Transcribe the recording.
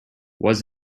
was